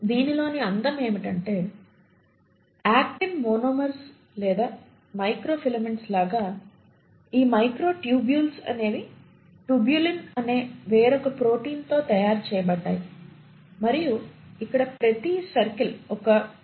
దీనిలోని అందం ఏంటంటే యాక్టిన్ మోనోమర్స్ లేదా మైక్రోఫిలమెంట్స్ లాగా ఈ మైక్రోటుబ్యూల్స్ అనేవి టుబ్యులిన్ అనే వేరొక ప్రోటీన్ తో తయారు చేయబడ్డాయి మరియు ఇక్కడ ప్రతి సర్కిల్ ఒక టుబ్యులిన్ని సూచిస్తోంది